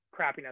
crappiness